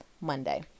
Monday